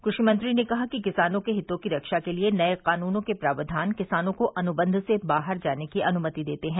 कृषि मंत्री ने कहा कि किसानों के हितों की रक्षा के लिए नए कानूनों के प्रावधान किसानों को अनुबंध से बाहर जाने की अनुमति देते हैं